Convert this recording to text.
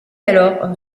alors